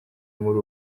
muri